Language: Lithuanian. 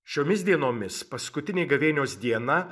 šiomis dienomis paskutinė gavėnios diena